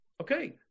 Okay